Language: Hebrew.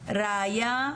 רעיה,